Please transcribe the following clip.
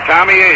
Tommy